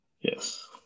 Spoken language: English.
Yes